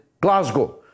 Glasgow